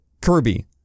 Kirby